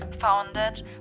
founded